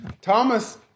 Thomas